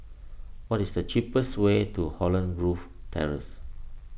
what is the cheapest way to Holland Grove Terrace